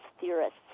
theorists